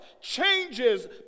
changes